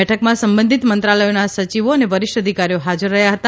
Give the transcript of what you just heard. બેઠકમાં સંબંધીત મંત્રાલયોના સચિવો અને વરિષ્ઠ અધિકારીઓ હાજર રહ્યા હતા